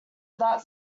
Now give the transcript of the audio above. without